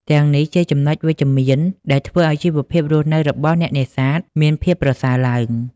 ទាំងនេះជាចំណុចវិជ្ជមានដែលធ្វើឱ្យជីវភាពរស់នៅរបស់អ្នកនេសាទមានភាពប្រសើរឡើង។